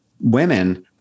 women